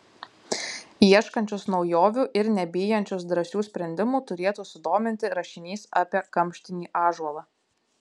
ieškančius naujovių ir nebijančius drąsių sprendimų turėtų sudominti rašinys apie kamštinį ąžuolą